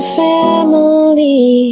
family